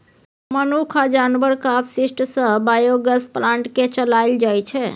मनुख आ जानबरक अपशिष्ट सँ बायोगैस प्लांट केँ चलाएल जाइ छै